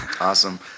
Awesome